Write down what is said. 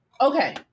Okay